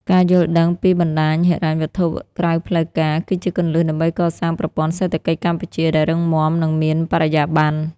ការយល់ដឹងពីបណ្ដាញហិរញ្ញវត្ថុក្រៅផ្លូវការ គឺជាគន្លឹះដើម្បីកសាងប្រព័ន្ធសេដ្ឋកិច្ចកម្ពុជាដែលរឹងមាំ និងមានបរិយាបន្ន។